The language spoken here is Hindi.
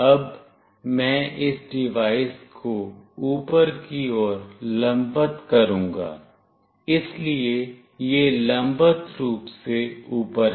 अब मैं इस डिवाइस को ऊपर की ओर लंबवत करूंगा इसलिए यह लंबवत रूप से ऊपर है